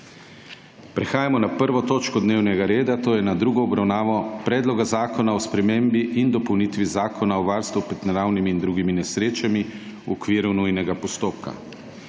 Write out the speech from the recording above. prekinjeno 1. točko dnevnega reda - druga obravnava Predloga zakona o spremembi in dopolnitvi Zakona o varstvu pred naravnimi in drugimi nesrečami, v okviru nujnega postopka.**